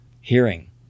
hearing